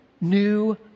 new